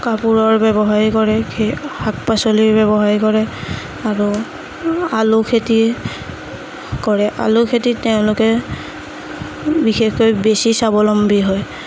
কাপোৰৰ ব্যৱসায় কৰে শাক পাচলিৰ ব্যৱসায় কৰে আৰু আলু খেতিৰ কৰে আলু খেতিত তেওঁলোকে বিশেষকৈ বেছি স্বাৱলম্বী হয়